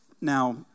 Now